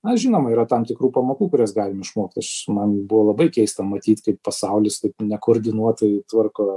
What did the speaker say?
na žinoma yra tam tikrų pamokų kurias galim išmokt aš man buvo labai keista matyt kaip pasaulis taip nekoordinuotai tvarko